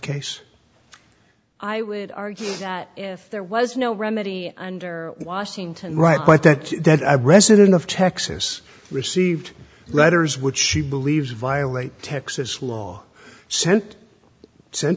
case i would argue that if there was no remedy under washington right but that resident of texas received letters which she believes violate texas law sent sent